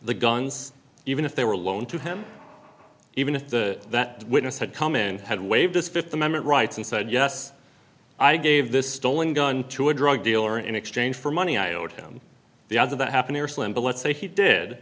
the guns even if they were alone to him even if the that witness had come in had waived his fifth amendment rights and said yes i gave this stolen gun to a drug dealer in exchange for money i owed him the odds of that happening are slim but let's say he did